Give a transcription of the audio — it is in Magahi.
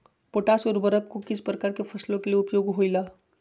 पोटास उर्वरक को किस प्रकार के फसलों के लिए उपयोग होईला?